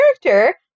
character